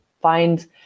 find